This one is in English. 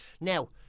Now